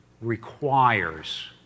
requires